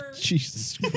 Jesus